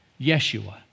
Yeshua